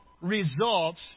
results